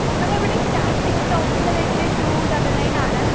നമ്മളിവിടെ സ്റ്റാർട്ടിംഗ് ടോപ്പിൻ്റെ rate two double nine ആണ്